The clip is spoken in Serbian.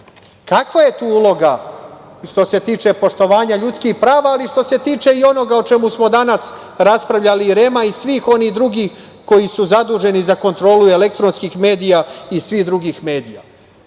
je tu uloga, što se tiče poštovanja ljudskih prava, ali što se tiče i onoga o čemu smo danas raspravljali, i REM-a i svih onih drugih koji su zaduženi za kontrolu elektronskih medija i svih drugih medija? Pa,